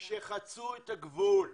שחצו את הגבול.